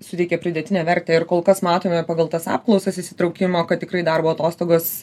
suteikia pridėtinę vertę ir kol kas matome pagal tas apklausas įsitraukimo kad tikrai darbo atostogos